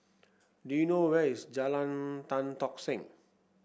do you know where is Jalan Tan Tock Seng